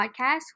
podcast